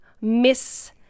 Miss